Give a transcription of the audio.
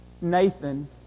Nathan